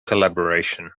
collaboration